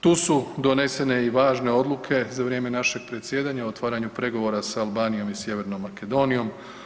Tu su donesene i važne odluke za vrijeme našeg predsjedanja o otvaranju pregovora sa Albanijom i Sjevernom Makedonijom.